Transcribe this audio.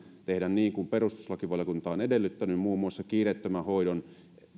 tehdä niin kuin perustuslakivaliokunta on edellyttänyt muun muassa kiireettömän hoidon